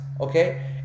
okay